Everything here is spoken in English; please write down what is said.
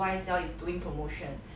oh my god what kind of promotion